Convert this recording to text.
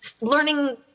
learning